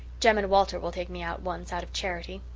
jem and walter will take me out once out of charity.